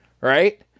Right